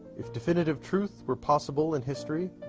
if definitive truth were possible in history,